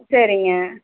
சரிங்க